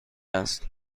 است